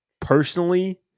personally